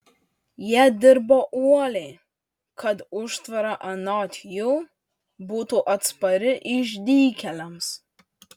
jie dirbo uoliai kad užtvara anot jų būtų atspari išdykėliams